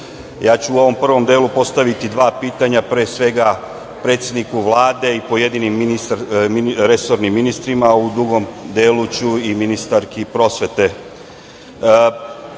ja ću u ovom prvom delu postaviti dva pitanja, pre svega predsedniku Vlade i pojedinim resornim ministrima, a u drugom delu ću i ministarki prosvete. Naime,